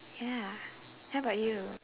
ya how about you